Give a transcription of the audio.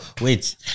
Wait